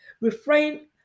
refrain